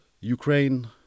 Ukraine